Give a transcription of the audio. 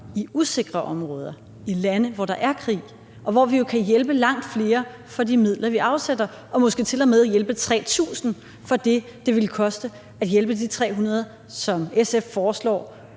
i usikre områder, i lande, hvor der er krig, og hvor vi jo kan hjælpe langt flere for de midler, vi afsætter, og måske til og med hjælpe 3.000 for det, det ville koste at hjælpe de 300, som SF foreslår,